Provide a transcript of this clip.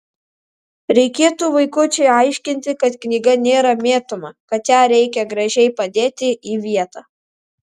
reikėtų vaikučiui aiškinti kad knyga nėra mėtoma kad ją reikia gražiai padėti į vietą